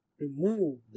remove